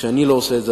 וכשאני לא עושה את זה,